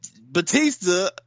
Batista